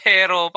Pero